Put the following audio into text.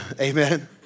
Amen